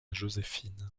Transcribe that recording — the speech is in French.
joséphine